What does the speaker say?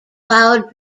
cloud